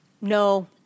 No